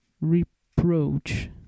reproach